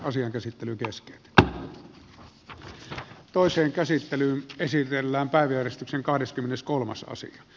asian käsittely keskeytetään